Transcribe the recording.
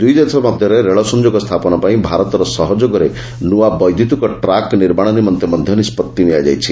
ଦୁଇଦେଶ ମଧ୍ୟରେ ରେଳ ସଂଯୋଗ ସ୍ଥାପନ ସହିତ ଭାରତର ସହଯୋଗରେ ନୂଆ ବୈଦ୍ୟୁତିକ ଟ୍ରାକ୍ ନିର୍ମାଣ ନିମନ୍ତେ ମଧ୍ୟ ନିଷ୍କଭି ନିଆଯାଇଛି